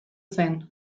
zen